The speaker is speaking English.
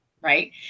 Right